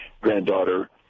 granddaughter